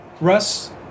Russ